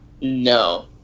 no